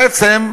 בעצם,